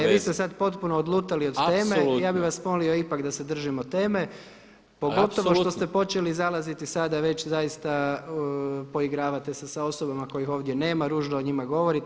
Ne, vi ste sad potpuno odlutali od teme i ja bih vas molio ipak da se držimo teme, pogotovo što ste počeli zalaziti sada već zaista poigravate se sa osobama kojih ovdje nema, ružno o njima govorite.